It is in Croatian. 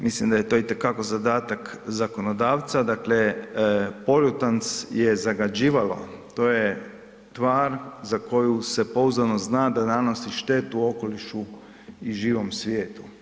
Mislim da je to itekako zadatak zakonodavca, dakle poljutans je zagađivalo, to je tvar za koju se pouzdano zna da nanosi štetu okolišu i živom svijetu.